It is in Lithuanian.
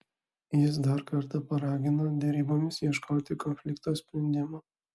jis dar kartą paragino derybomis ieškoti konflikto sprendimo